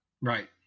Right